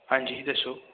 ਹਾਂਜੀ ਦੱਸੋ